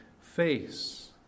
face